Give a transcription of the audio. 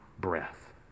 breath